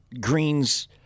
greens